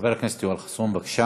חבר הכנסת יואל חסון, בבקשה.